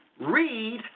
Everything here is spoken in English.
read